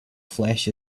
flesh